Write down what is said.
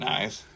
Nice